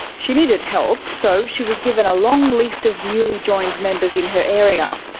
she needed help, so she was given a long list of newly joined members in her area.